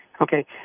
Okay